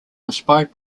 inspired